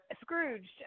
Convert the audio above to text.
Scrooge